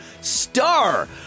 star